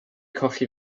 colli